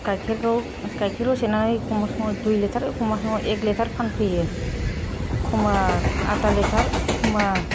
गायखेर गायखेरखौ सेरनानै एखमब्ला समाव दुइ लिटार एखमब्ला समाव एक लिटार फानफैयो एखमब्ला आधा लिटार